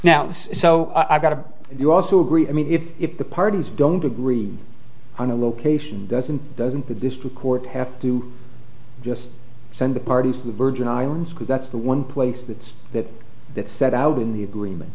now so i've got to you also agree i mean if the parties don't agree on a location doesn't doesn't the district court have to just send the parties to the virgin islands because that's the one place that that that set out in the agreement